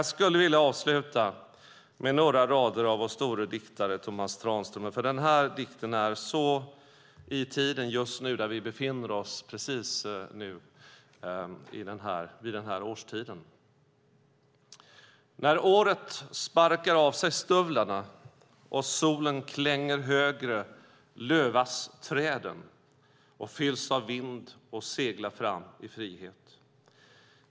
Jag skulle vilja avsluta med några rader av vår store diktare Tomas Tranströmer, för det är en dikt som passar så i den tid vi just nu befinner oss i vid den här årstiden: När året sparkar av sig stövlarna, och solen klänger högre, lövas träden och fylls av vind och seglar fram i frihet.